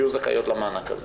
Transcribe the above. ויהיו זכאיות למענק הזה.